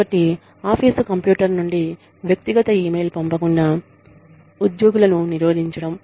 కాబట్టి office computer నుండి వ్యక్తిగత ఇమెయిల్ పంపకుండా ఉద్యోగులను నిరోధించడం